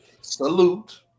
salute